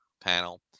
panel